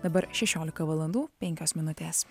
dabar šešioliką valandų penkios minutės